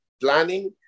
planning